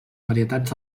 varietats